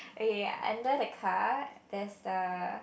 ya and then a car that's the